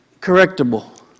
correctable